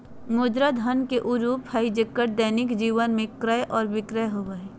मुद्रा धन के उ रूप हइ जेक्कर दैनिक जीवन में क्रय और विक्रय होबो हइ